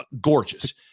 gorgeous